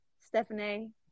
Stephanie